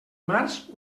març